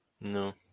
No